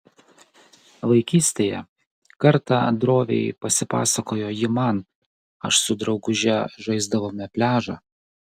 vaikystėje kartą droviai pasipasakojo ji man aš su drauguže žaisdavome pliažą